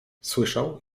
słyszał